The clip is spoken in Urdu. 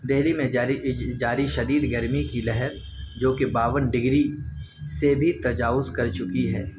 دلی میں جاری جاری شدید گرمی کی لہر جو کہ باون ڈگری سے بھی تجاوز کر چکی ہے